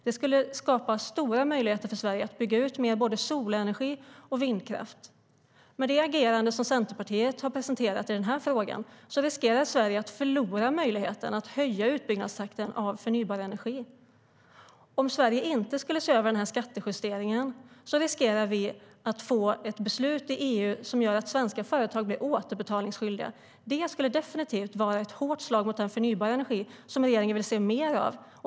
Det skulle skapa stora möjligheter för Sverige att bygga ut mer av både solenergi och vindkraft. Med det agerande som Centerpartiet har presenterat i den här frågan riskerar Sverige att förlora möjligheten att höja utbyggnadstakten för förnybar energi. Om Sverige inte ser över den här skattejusteringen riskerar vi att få ett beslut i EU som gör att svenska företag blir återbetalningsskyldiga. Det skulle definitivt vara ett hårt slag mot den förnybara energi som regeringen vill se mer av.